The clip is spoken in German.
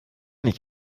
nicht